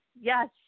yes